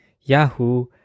Yahoo